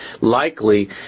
likely